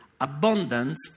abundance